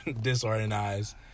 Disorganized